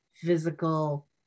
physical